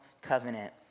covenant